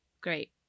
great